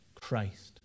Christ